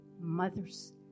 mothers